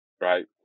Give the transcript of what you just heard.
right